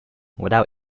without